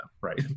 right